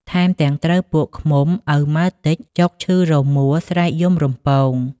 ថែមទាំងត្រូវពួកឃ្មុំ ឪម៉ាល់ទិច ចុកឈឺរមូល ស្រែកយំរំពង។